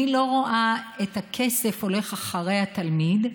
אני לא רואה את הכסף הולך אחרי התלמיד.